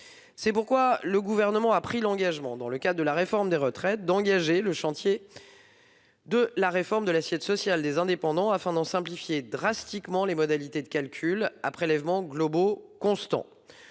C'est pourquoi le Gouvernement a pris l'engagement, dans le cadre de la réforme des retraites, d'engager le chantier de la réforme de l'assiette sociale des indépendants, afin d'en simplifier drastiquement les modalités de calcul, à prélèvements globaux constants.